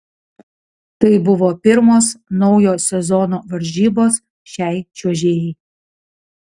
tai buvo pirmos naujo sezono varžybos šiai čiuožėjai